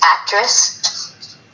actress